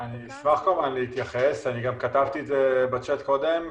אני אשמח להתייחס, גם כתבתי את זה בצ'ט קודם.